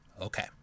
Okay